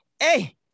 Hey